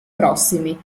prossimi